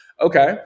okay